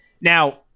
Now